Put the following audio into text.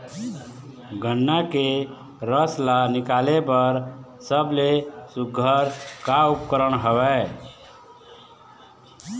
गन्ना के रस ला निकाले बर सबले सुघ्घर का उपकरण हवए?